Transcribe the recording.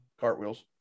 cartwheels